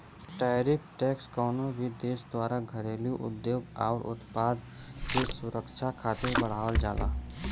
tariff tax कउनो भी देश द्वारा घरेलू उद्योग आउर उत्पाद के सुरक्षा खातिर बढ़ावल जाला